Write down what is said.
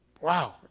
wow